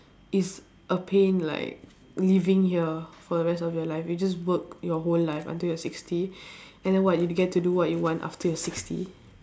it's a pain like living here for the rest of your life you just work your whole life until you are sixty and then what you get to do what you want after you're sixty